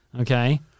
Okay